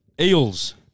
Eels